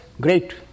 Great